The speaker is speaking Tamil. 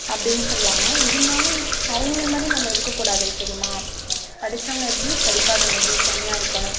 அப்டின்னு சொல்வாங்க இருந்தாலும் அவங்கள மாதிரி நம்ம இருக்கக்கூடாது தெரியுமா படித்தவங்க எப்படி படிக்காதவங்க எப்படி தனியாக இருக்கணும்